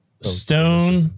Stone